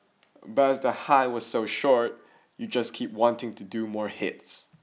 but as the high was so short you just keep wanting to do more hits